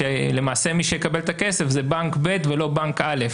כשלמעשה מי שיקבל את הכסף זה בנק ב' ולא בנק א'.